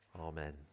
Amen